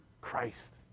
Christ